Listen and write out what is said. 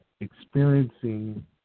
experiencing